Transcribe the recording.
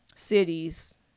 cities